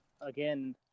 again